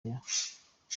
oya